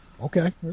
Okay